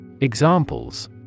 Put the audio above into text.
examples